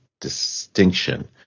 distinction